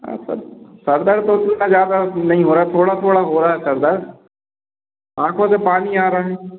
हाँ sir sir दर्द तो उतना ज़्यादा नहीं हो रहा है थोड़ा थोड़ा हो रहा है सर दर्द आँखों से पानी आ रहा है